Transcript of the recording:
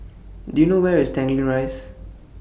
Do YOU know Where IS Tanglin Rise